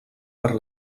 per